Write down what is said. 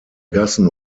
gassen